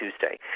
Tuesday